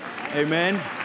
Amen